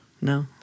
No